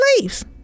leaves